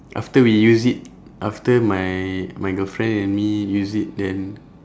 after we use it after my my girlfriend and me use it then